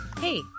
Hey